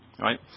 right